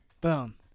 Boom